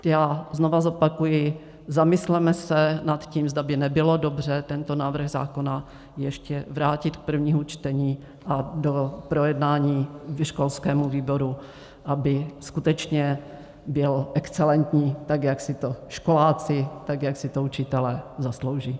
Já znovu zopakuji: zamysleme se nad tím, zda by nebylo dobře tento návrh zákona ještě vrátit k prvnímu čtení a do projednání školskému výboru, aby skutečně byl excelentní, tak jak si to školáci, tak jak si to učitelé zaslouží.